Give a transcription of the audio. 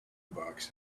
box